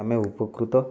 ଆମେ ଉପକୃତ